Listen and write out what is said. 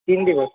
तीन दिवस